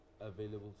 available